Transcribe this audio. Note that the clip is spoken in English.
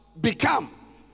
become